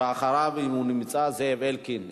ואחריו, אם הוא נמצא, זאב אלקין.